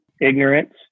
ignorance